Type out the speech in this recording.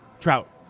Trout